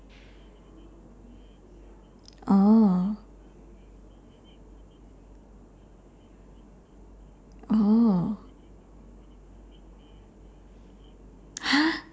oh oh !huh!